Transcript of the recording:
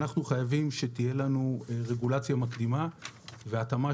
אנחנו חייבים שתהיה לנו רגולציה מקדימה והתאמה